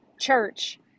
church